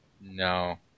No